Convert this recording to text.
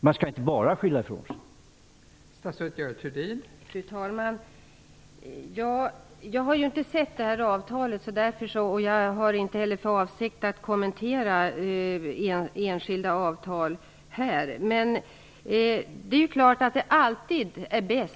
Man skall inte bara skylla ifrån sig.